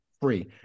free